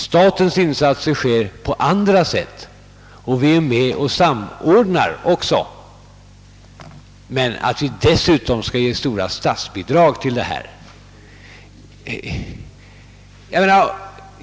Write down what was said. Statens insatser sker på andra sätt, och vi är också med och samordnar. Men att vi dessutom skall ge statsbidrag är naturligtvis omöjligt.